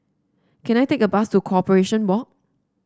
can I take a bus to Corporation Walk